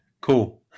cool